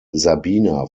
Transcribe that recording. sabina